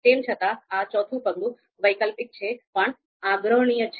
તેમ છતાં આ ચોથું પગલું વૈકલ્પિક છે પણ આગ્રહણીય છે